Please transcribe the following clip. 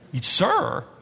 Sir